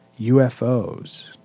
UFOs